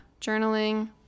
Journaling